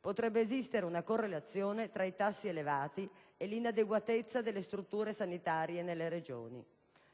Potrebbe esistere una correlazione tra i tassi elevati e l'inadeguatezza delle strutture sanitarie nelle Regioni.